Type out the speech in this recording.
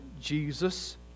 Jesus